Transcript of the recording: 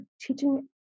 teaching